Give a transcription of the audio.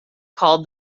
called